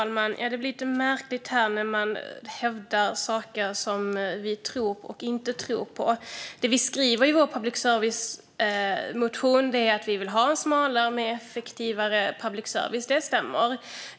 Fru talman! Det blir lite märkligt när man hävdar att vi tror eller inte tror på saker. Det vi skriver i vår public service-motion är att vi vill ha en smalare och mer effektiv public service. Det stämmer.